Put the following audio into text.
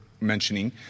mentioning